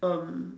um